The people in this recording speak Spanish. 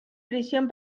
prisión